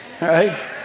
right